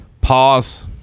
Pause